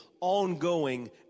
ongoing